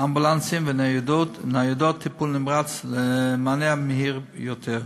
אמבולנסים וניידות טיפול נמרץ למענה מהיר יותר.